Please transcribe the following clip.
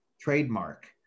trademark